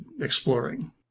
exploring